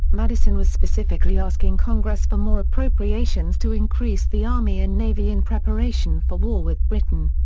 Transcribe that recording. madison was specifically asking congress for more appropriations to increase the army and navy in preparation for war with britain.